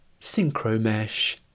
synchromesh